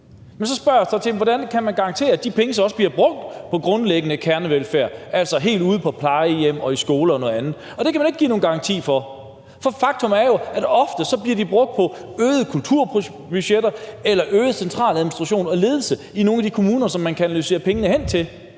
Så spørger jeg: Hvordan kan man garantere, at de penge så også bliver brugt på grundlæggende kernevelfærd? Altså helt ude på plejehjem og i skoler og andet. Og det kan man da ikke give nogen garanti for. For faktum er jo, at de ofte bliver brugt på øgede kulturbudgetter eller øget centraladministration og ledelse i nogle af de kommuner, som man kanaliserer pengene hen til.